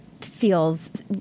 feels